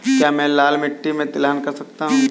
क्या मैं लाल मिट्टी में तिलहन कर सकता हूँ?